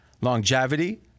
Longevity